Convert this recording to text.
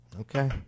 Okay